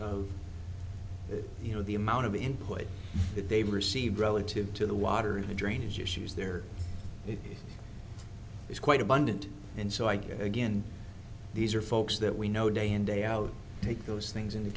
of you know the amount of input that they've received relative to the water and the drainage issues there it is quite abundant and so i guess again these are folks that we know day in day out take those things into